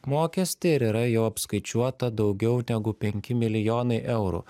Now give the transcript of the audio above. mokestį ir yra jau apskaičiuota daugiau negu penki milijonai eurų